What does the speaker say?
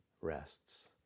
rests